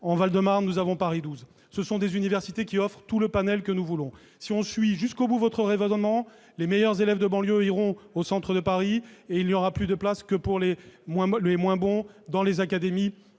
le Val-de-Marne, Paris-XII. Ces universités offrent tout le panel que nous voulons. Si l'on poursuivait jusqu'au bout votre raisonnement, les meilleurs élèves de banlieue iraient au centre de Paris, et il n'y aurait plus de place que pour les moins bons dans les académies